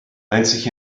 einzig